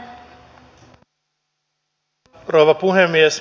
arvoisa rouva puhemies